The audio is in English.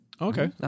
Okay